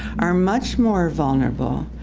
are much more vulnerable.